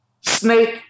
snake